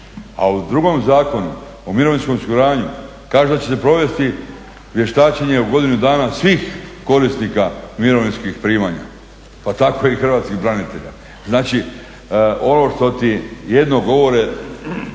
a u drugom zakonu o mirovinskom osiguranju kaže da će se provesti vještačenje u godinu dana svih korisnika mirovinskih primanja pa tako i hrvatskih branitelja. Znači, ono što jedno govore